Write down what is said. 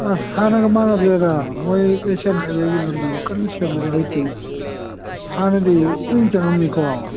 ꯑꯁ ꯍꯥꯟꯅꯒ ꯃꯥꯟꯅꯗ꯭ꯔꯦꯗ ꯃꯣꯏ ꯑꯦꯁꯤꯌꯟ ꯍꯥꯏꯋꯦꯒꯤ ꯂꯝꯕꯤꯗꯣ ꯀꯟꯅ ꯁꯦꯝꯅꯔꯦ ꯍꯧꯖꯤꯛꯇꯤ ꯍꯥꯟꯅꯗꯤ ꯀꯨꯏꯅ ꯆꯪꯉꯝꯃꯤꯀꯣ